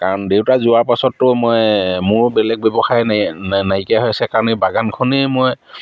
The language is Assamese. কাৰণ দেউতা যোৱাৰ পাছতো মই মোৰো বেলেগ ব্যৱসায় নাইকিয়া হৈ আছে কাৰণ এই বাগানখনেই মই